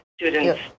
students